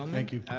um thank you.